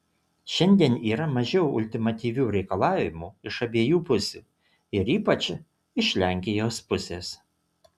šiandien yra mažiau ultimatyvių reikalavimų iš abiejų pusių ir ypač iš lenkijos pusės